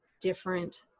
different